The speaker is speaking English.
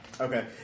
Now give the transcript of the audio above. okay